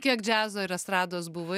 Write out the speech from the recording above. kiek džiazo ir estrados buvo